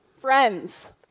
friends